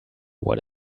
what